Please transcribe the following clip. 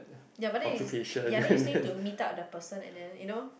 ya but then is ya then you said to meet up the person and then you know